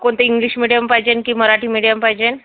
कोणते English medium पाहिजेन की मराठी मीडिअम पाहिजेन